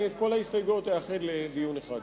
אני אאחד את כל ההסתייגויות לדיון אחד.